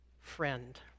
friend